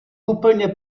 úplně